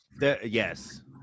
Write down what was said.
Yes